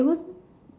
it was